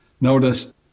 Notice